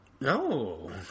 No